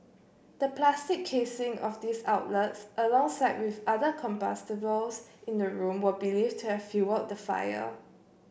the plastic casing of these outlets alongside with other combustibles in the room were believed to have fuelled the fire